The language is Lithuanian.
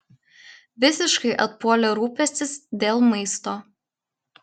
visiškai atpuolė rūpestis dėl maisto